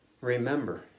remember